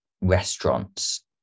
restaurants